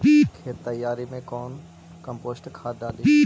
खेत तैयारी मे कौन कम्पोस्ट खाद डाली?